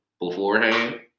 beforehand